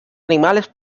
animales